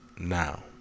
now